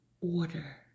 order